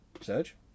Surge